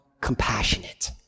compassionate